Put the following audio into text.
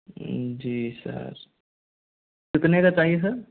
जी sir कितने का चाहिए सर